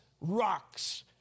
rocks